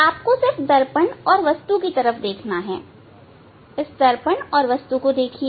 आपको सिर्फ दर्पण और वस्तु की तरफ देखना है दर्पण और वस्तु को देखिए